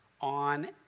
on